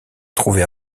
trouvait